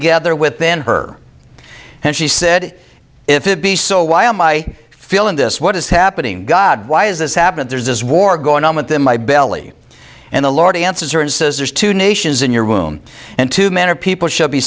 ether within her and she said if it be so why am i feeling this what is happening god why is this happening there's this war going on within my belly and the lord answered says there's two nations in your womb and two men are people should be